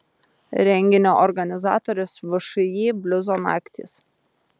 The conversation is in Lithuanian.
renginio organizatorius všį bliuzo naktys